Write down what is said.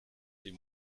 die